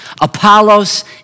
Apollos